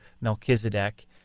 Melchizedek